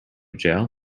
jail